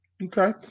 Okay